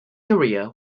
career